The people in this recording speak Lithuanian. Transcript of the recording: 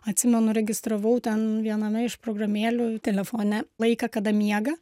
atsimenu registravau ten viename iš programėlių telefone laiką kada miega